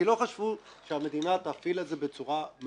כי לא חשבו שהמדינה תפעיל את זה בצורה מאסיבית.